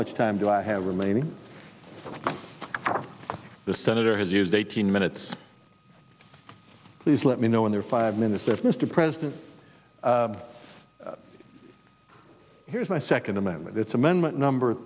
much time do i have remaining the senator has used eighteen minutes please let me know in their five minutes if mr president here's my second amendment it's amendment number